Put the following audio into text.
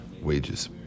wages